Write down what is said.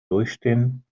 durchstehen